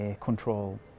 control